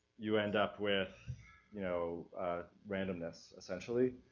you end up with you know randomness, essentially.